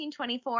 1924